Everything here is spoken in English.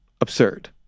absurd